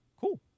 Cool